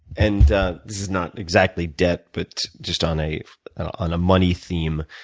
and ah this is not exactly debt but just on a on a money theme,